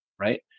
right